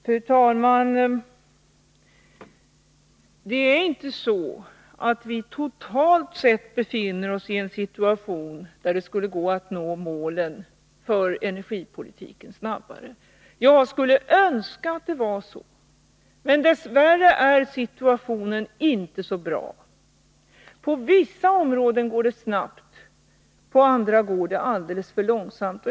Fru talman! Det är inte så att vi totalt sett befinner oss i en situation där det skulle gå att nå målen för energipolitiken snabbare. Jag skulle önska att det var så, men dess värre är situationen inte så bra. På vissa områden går det snabbt, på andra går det alldeles för långsamt.